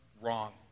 wrong